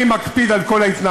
אני מקפיד על כל ההתנהלות.